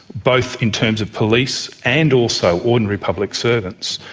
both in terms of police and also ordinary public servants,